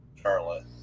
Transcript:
Charlotte